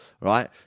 right